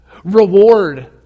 Reward